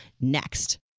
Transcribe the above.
next